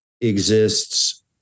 exists